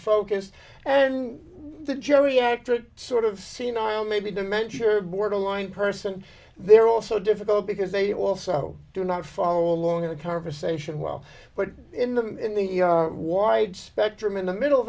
focus and the geriatric sort of senile maybe dementia or borderline person they're also difficult because they also do not follow along a conversation well but in the in the wide spectrum in the middle